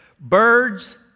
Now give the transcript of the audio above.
Birds